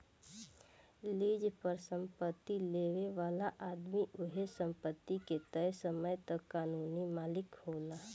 lease पर संपत्ति लेबे वाला आदमी ओह संपत्ति के तय समय तक कानूनी मालिक होला